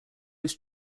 was